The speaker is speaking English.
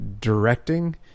directing